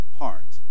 heart